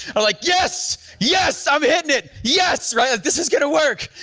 are like, yes, yes, i'm hitting it. yes, right, this is gonna work,